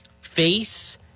face